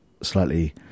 slightly